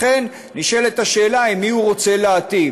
לכן נשאלת השאלה עם מי הוא רוצה להיטיב.